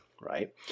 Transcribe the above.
right